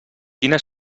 quina